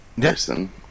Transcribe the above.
person